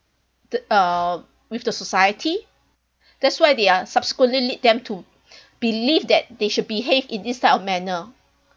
the uh with the society that's why they are subsequently lead them to believe that they should behave in this type of manner